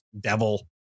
devil